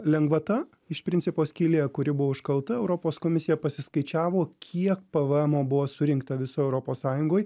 lengvata iš principo skylė kuri buvo užkalta europos komisija pasiskaičiavo kiek pvmo buvo surinkta visoj europos sąjungoj